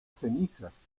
cenizas